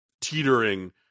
teetering